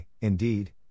Indeed